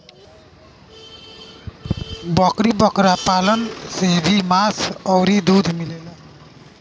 बकरी बकरा पालन से भी मांस अउरी दूध मिलेला